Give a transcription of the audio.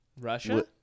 Russia